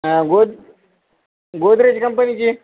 हा गोद गोदरेज कंपनीची आहे